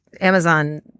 Amazon